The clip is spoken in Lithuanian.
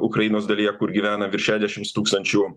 ukrainos dalyje kur gyvena virš šešiasdešims tūkstančių